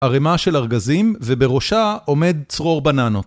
‫הרימה של ארגזים ובראשה עומד ‫צרור בננות.